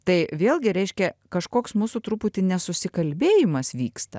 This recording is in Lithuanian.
tai vėlgi reiškia kažkoks mūsų truputį nesusikalbėjimas vyksta